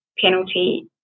penalty